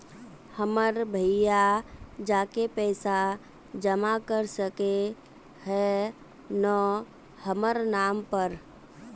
हमर भैया जाके पैसा जमा कर सके है न हमर नाम पर?